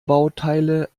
bauteile